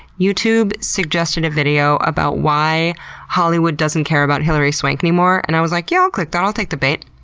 youtube suggested a video about why hollywood doesn't care about hillary swank anymore? and i was like, yeah i'll click that. i'll take the bait.